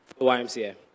YMCA